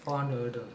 four hundred hurdles